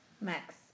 Max